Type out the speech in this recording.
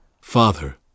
Father